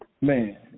Man